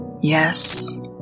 Yes